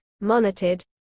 monitored